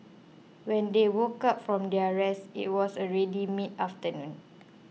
when they woke up from their rest it was already mid afternoon